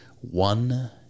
One